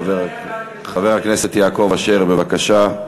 חבר הכנסת יעקב אשר, בבקשה.